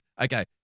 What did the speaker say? okay